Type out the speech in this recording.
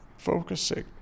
focusing